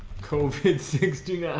covid sixty